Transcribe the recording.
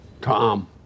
Tom